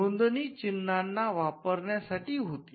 नोंदणी चिन्हांना वापरण्यासाठी होती